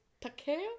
Takeo